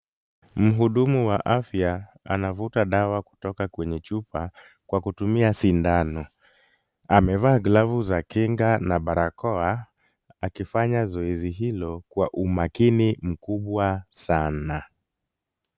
Mhudumu wa afya, anavuta dawa kutoka kwenye chupa kwa kutumia sindano. Amevaa glavu za kinga na barakoa akifanya zoezi hilo kwa umakini mkubwa sana.